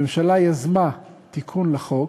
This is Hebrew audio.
הממשלה יזמה תיקון לחוק,